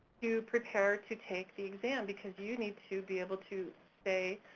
to prepare to take the exam because you need to be able to say,